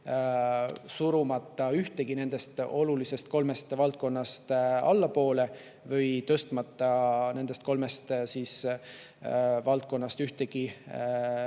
surumata ühtegi nendest olulisest kolmest valdkonnast allapoole või tõstmata nendest kolmest valdkonnast ühtegi